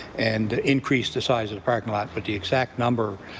and increased the size of the parking lot. but the exact number,